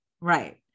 Right